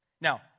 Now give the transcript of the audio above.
Now